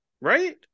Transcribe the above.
right